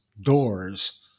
doors